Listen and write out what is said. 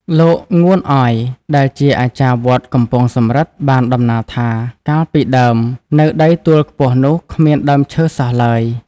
លោក ងួន អយ ដែលជាអាចារ្យវត្តកំពង់សំរឹទ្ធ បានតំណាលថា កាលពីដើម នៅដីទួលខ្ពស់នោះគ្មានដើមឈើសោះឡើយ ។